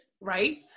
right